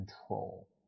control